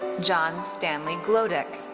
john stanley glodek.